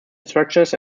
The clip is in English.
structures